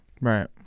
Right